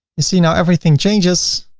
you see now everything changes.